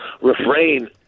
refrain